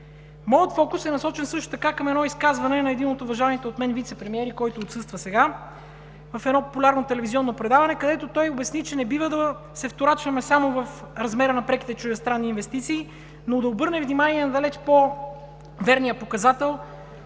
Моят фокус е насочен също така към едно изказване на един от уважаваните от мен вицепремиери, който отсъства сега, в едно популярно телевизионно предаване, където той обясни, че не бива да се вторачваме само в размера на преките чуждестранни инвестиции, но да обърнем внимание и на далеч по-верния показател